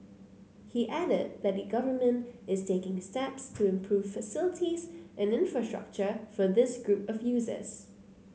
he added that the Government is taking steps to improve facilities and infrastructure for this group of users